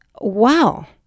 wow